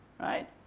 Right